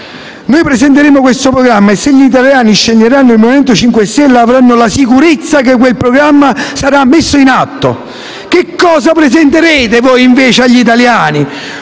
Presenteremo questo programma e se gli italiani sceglieranno il Movimento 5 Stelle avranno la sicurezza che quel programma sarò messo in atto. Che cosa presentate voi invece agli italiani?